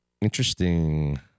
interesting